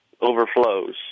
overflows